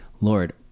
Lord